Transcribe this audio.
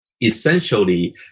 essentially